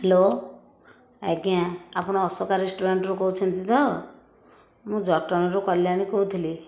hello ଆଜ୍ଞା ଆପଣ ଅଶୋକା ରେଷ୍ଟୁରାଣ୍ଟରୁ କହୁଛନ୍ତି ତ ମୁଁ ଜଟଣିରୁ କଲ୍ୟାଣୀ କହୁଥିଲି